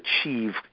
achieve